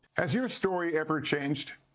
has your story ever changed?